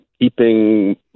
keeping